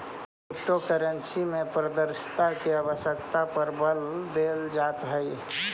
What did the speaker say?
crypto currency में पारदर्शिता के आवश्यकता पर बल देल जाइत हइ